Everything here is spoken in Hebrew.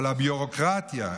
אבל הביורוקרטיה,